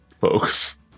folks